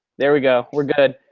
there we go, we're good.